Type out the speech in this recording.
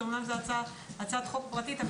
שאומנם זאת הצעת חוק פרטית,